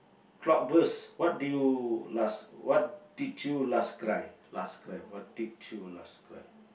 cloudburst what did you last what did you last cry last cry what did you last cry